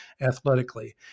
athletically